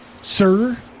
sir